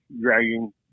dragging